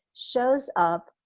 shows up,